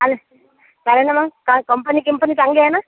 चालेल चालेल ना मग काय कंपनी गिंपनी चांगली आहे ना